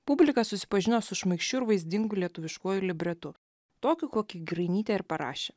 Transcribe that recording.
publika susipažino su šmaikščiu ir vaizdingu lietuviškuoju libretu tokiu kokį grainytė ir parašė